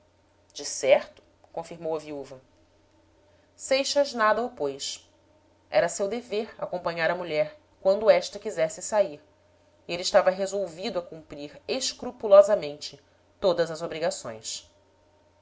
companhia decerto confirmou a viúva seixas nada opôs era seu dever acompanhar a mulher quando esta quisesse sair e ele estava resolvido a cumprir escrupulosamente todas as obrigações